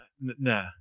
nah